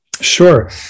sure